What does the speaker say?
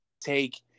take